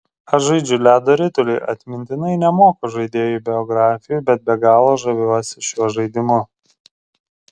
aš žaidžiu ledo ritulį atmintinai nemoku žaidėjų biografijų bet be galo žaviuosi šiuo žaidimu